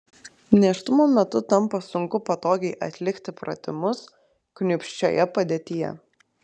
nėštumo metu tampa sunku patogiai atlikti pratimus kniūpsčioje padėtyje